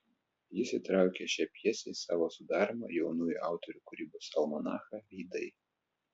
jis įtraukė šią pjesę į savo sudaromą jaunųjų autorių kūrybos almanachą veidai